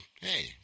hey